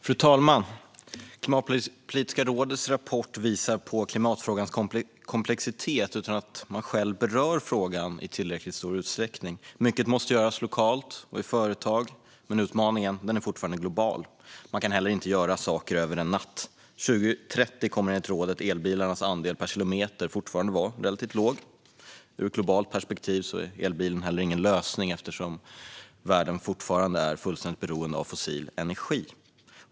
Fru talman! I Klimatpolitiska rådets rapport visar man på klimatfrågans komplexitet utan att beröra frågan i tillräckligt stor utsträckning. Mycket måste göras lokalt och i företag, men utmaningen är fortfarande global. Det går inte heller att göra saker över en natt; enligt rådet kommer elbilarnas andel per kilometer fortfarande att vara relativt liten år 2030. Ur ett globalt perspektiv är elbilen heller ingen lösning eftersom världen fortfarande är fullständigt beroende av fossil energi.